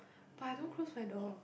but I don't close my door